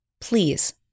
Please